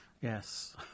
Yes